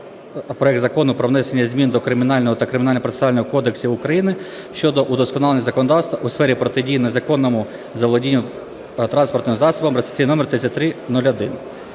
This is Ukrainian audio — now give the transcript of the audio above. проект Закону про внесення змін до Кримінального та Кримінального процесуального кодексів України щодо удосконалення законодавства у сфері протидії незаконному заволодінню транспортним засобом (реєстраційний номер 3301).